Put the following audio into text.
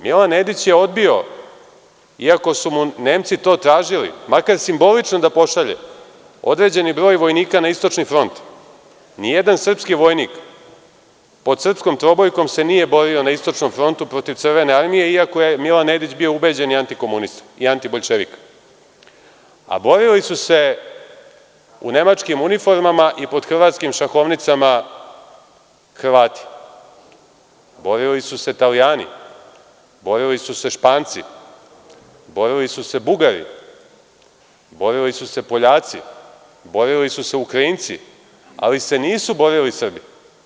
Milan Nedić je odbio, iako su mu Nemci to tražili, makar simbolično da pošalje određeni broj vojnika na istočni front, nijedan srpski vojnik pod srpskom trobojkom se nije borio na istočnom frontu protiv Crvene armije, iako je Milan Nedić bio ubeđeni antikomunista i antiboljševik, a borili su se u nemačkim uniformama i pod hrvatskim šahovnicama Hrvati, borili su Italijani, borili su se Španci, borili su se Bugari, borili su se Poljaci, borili su se Ukrajinci, ali se nisu borili Srbi.